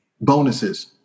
bonuses